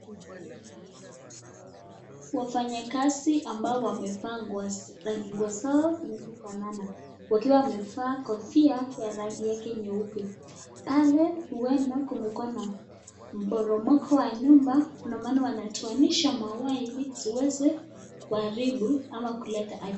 Wafanyi kazi ambao wamevaa nguo zaa rangi zikifana, wakiwa wamevaa kofia ya rangi yake nyeupe. Pale uenda kumekuwa na mporomoko wa nyumba, ndio maana wanatowanisha mawire, iliziweze kuharibu ama kuleta ajali.